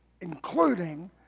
including